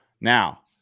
Now